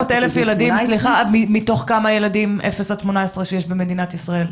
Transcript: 500,000 ילדים מתוך כמה ילדים אפס עד 18 שיש במדינת ישראל?